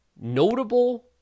notable